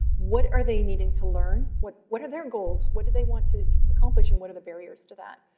what are they needing to learn? what what are their goals? what do they want to accomplish? and what are the barriers to that?